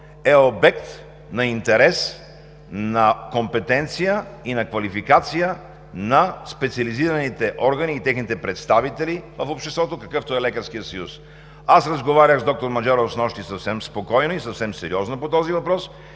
е обект на интерес, на компетенция и на квалификация на специализираните органи и техните представители в обществото, какъвто е Лекарският съюз. Снощи разговарях с доктор Маджаров съвсем спокойно и съвсем сериозно по този въпрос.